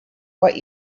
what